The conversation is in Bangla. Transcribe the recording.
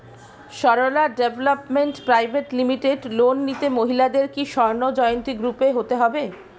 Sarala development private limited loan নিতে মহিলাদের কি স্বর্ণ জয়ন্তী গ্রুপে হতে হবে?